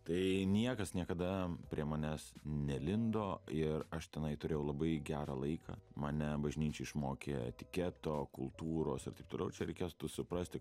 tai niekas niekada prie manęs nelindo ir aš tenai turėjau labai gerą laiką mane bažnyčia išmokė etiketo kultūros ir taip toliau ir čia reikėtų suprasti